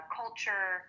culture